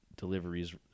deliveries